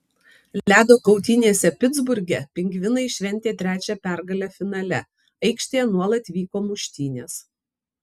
ledo kautynėse pitsburge pingvinai šventė trečią pergalę finale aikštėje nuolat vyko muštynės